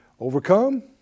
Overcome